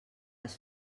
les